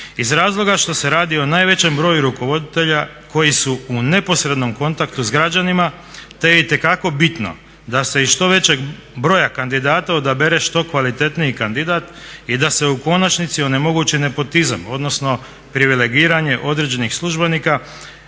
iz razloga što se radi o najvećem broju rukovoditelja koji su u neposrednom kontaktu s građanima, te je itekako bitno da se iz što većeg broja kandidata odabere što kvalitetniji kandidat i da se u konačnici onemogući nepotizam, odnosno privilegiranje određenih službenika